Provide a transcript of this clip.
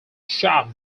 shot